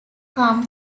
come